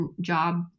job